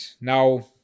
now